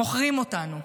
מוכרים אותנו,